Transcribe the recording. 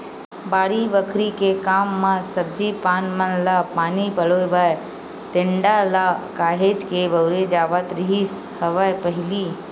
बाड़ी बखरी के काम म सब्जी पान मन म पानी पलोय बर टेंड़ा ल काहेच के बउरे जावत रिहिस हवय पहिली